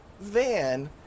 van